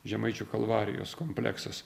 žemaičių kalvarijos kompleksas